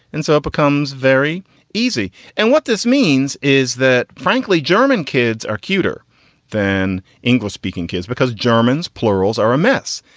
and so it becomes very easy. and what this means is that, frankly, german kids are cuter than english speaking kids because germans plurals are a mess.